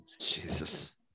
Jesus